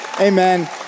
Amen